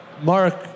Mark